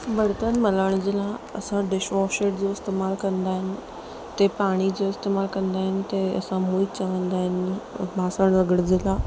बर्तन मलण जे लाइ असां डिशवॉशर जो इस्तेमालु कंदा आहिनि उते पाणी जो इस्तेमालु कंदा आहिनि ते असां मुई चवंदा आहिनि त ॿासण रगड़ज़ंदा